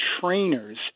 trainers